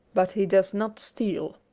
but he does not steal.